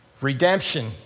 Redemption